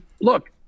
Look